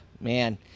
man